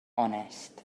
onest